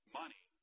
money